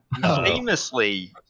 famously